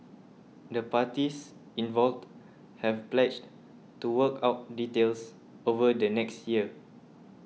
the parties involved have pledged to work out details over the next year